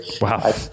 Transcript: Wow